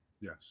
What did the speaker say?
Yes